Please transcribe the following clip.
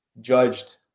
judged